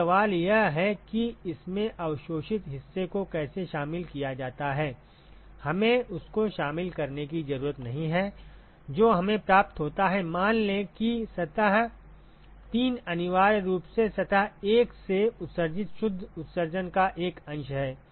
तो सवाल यह है कि इसमें अवशोषित हिस्से को कैसे शामिल किया जाता है हमें उसको शामिल करने की ज़रूरत नहीं है जो हमें प्राप्त होता है मान लें कि सतह 3 अनिवार्य रूप से सतह 1 से उत्सर्जित शुद्ध उत्सर्जन का एक अंश है